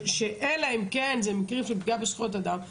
אלא אם כן זה מקרים של פגיעה בזכויות אדם,